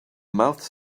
mouths